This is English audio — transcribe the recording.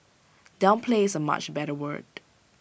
downplay is A much better word